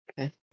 Okay